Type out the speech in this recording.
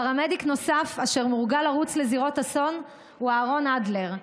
פרמדיק נוסף אשר מורגל לרוץ לזירות אסון הוא אהרון אדלר.